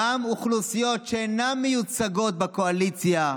גם אוכלוסיות שאינן מיוצגות בקואליציה,